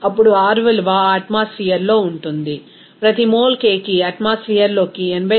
అప్పుడు R విలువ ఆ అట్మాస్ఫియర్ లో ఉంటుంది ప్రతి మోల్ K కి అట్మాస్ఫియర్ లోకి 82